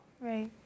Right